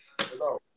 Hello